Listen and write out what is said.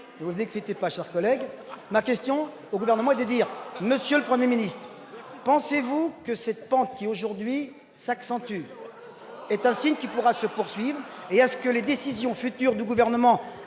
que c'était pas cher collègue ma question au gouvernement de dire monsieur le 1er ministre, pensez-vous que cette pente qui aujourd'hui s'accentue, est un signe qui pourra se poursuivent et, à ce que les décisions futures du gouvernement